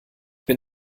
bin